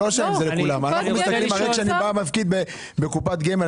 כשאני מפקיד בקופת גמל,